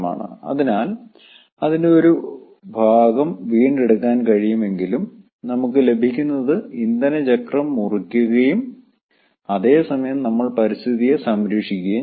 അതിനാൽ അതിന്റെ ഒരു ഭാഗം വീണ്ടെടുക്കാൻ കഴിയുമെങ്കിലും നമുക്ക് ലഭിക്കുന്നത് ഇന്ധന ചക്രം മുറിക്കുകയും അതേ സമയം നമ്മൾ പരിസ്ഥിതിയെ സംരക്ഷിക്കുകയും ചെയ്യുന്നു